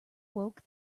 woke